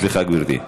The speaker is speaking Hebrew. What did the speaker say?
סליחה, גברתי.